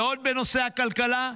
ועוד בנושא הכלכלה: